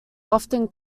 often